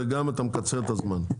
ואתה גם מקצר את הזמן.